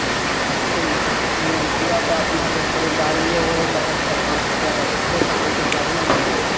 हँ अस्सी के किआ तऽ अपना आरके खरिद्दारिए होय हय पचहत्तर पाँच रुपआ तऽ बचत्तो तऽ होयके चाही ने हमरो